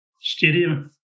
stadium